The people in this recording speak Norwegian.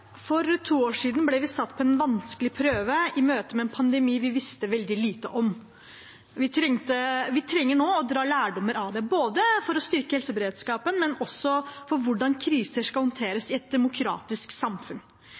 en pandemi vi visste veldig lite om. Vi trenger nå å dra lærdommer av den, både for å styrke helseberedskapen og for å se hvordan kriser skal håndteres i et demokratisk samfunn.